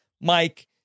Mike